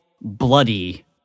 bloody